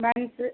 buns